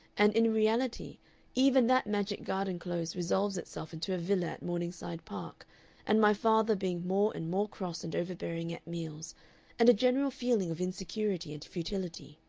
and in reality even that magic garden-close resolves itself into a villa at morningside park and my father being more and more cross and overbearing at meals and a general feeling of insecurity and futility.